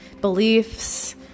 beliefs